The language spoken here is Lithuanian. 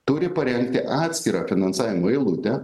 turi parengti atskirą finansavimo eilutę